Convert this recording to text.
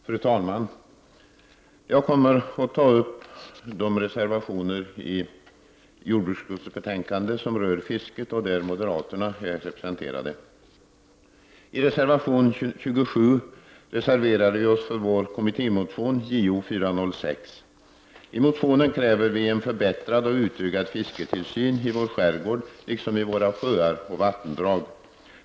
Fru talman! Jag avser att ta upp de reservationer som är fogade till detta betänkande, vilka rör fisket och där moderaterna är representerade. nen kräver vi en förbättrad och utökad fisketillsyn i vår skärgård liksom i våra sjöar och vattendrag.